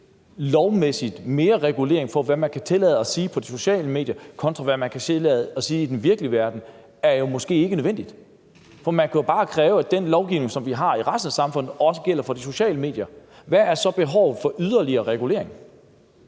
lovmæssig regulering af, hvad man kan tillade sig at sige på de sociale medier, kontra hvad man kan tillade sig at sige i den virkelige verden, måske ikke er nødvendigt. For man kan jo bare kræve, at den lovgivning, vi har i resten af samfundet, også gælder for de sociale medier. Hvad er så behovet for yderligere regulering?